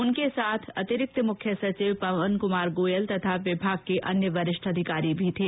उनके साथ अतिरिक्त मुख्य सचिव पवन कुमार गोयल तथा विभाग के अन्य वरिष्ठ अधिकारी भी थे